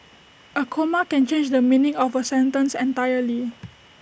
A comma can change the meaning of A sentence entirely